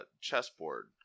chessboard